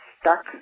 stuck